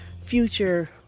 future